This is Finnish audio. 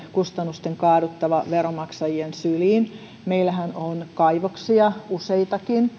kustannusten kaaduttava veronmaksajien syliin meillähän on kaivoksia useitakin